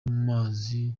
amazi